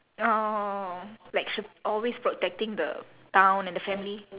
orh like she always protecting the town and the family